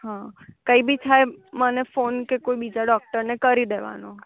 હ કંઇ બી થાય મને ફોન કે કોઈ બીજા ડૉક્ટરને કરી દેવાનો